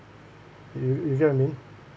you you you get what I mean